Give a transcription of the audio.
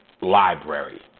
library